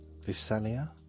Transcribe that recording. Visalia